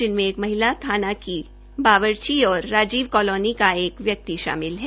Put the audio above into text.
जिनमें एक महिला थाना की बावरची और राजीव कालोनी का एक व्यक्ति शामिल है